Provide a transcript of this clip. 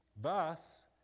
Thus